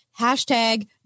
Hashtag